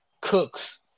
Cooks